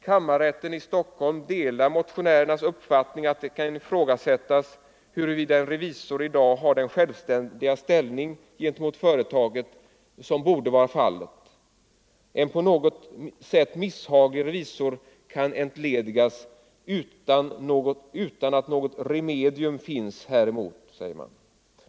Kammarrätten i Stockholm delar motionärernas uppfattning att det kan ifrågasättas huruvida en revisor i dag har den självständiga ställning gentemot företaget som borde vara fallet. En på något sätt misshaglig revisor kan entledigas utan att något remedium finns häremot, säger man.